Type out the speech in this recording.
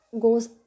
goes